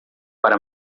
para